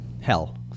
hell